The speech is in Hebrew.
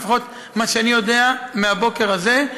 לפחות ממה שאני יודע מהבוקר הזה.